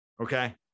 okay